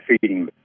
feeding